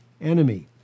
enemy